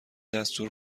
دستور